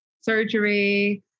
surgery